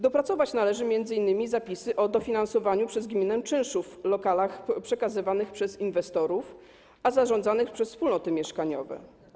Dopracować należy m.in. zapisy o dofinansowaniu przez gminę czynszów w lokalach przekazywanych przez inwestorów, a zarządzanych przez wspólnoty mieszkaniowe.